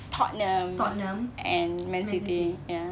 tottenham and man city ya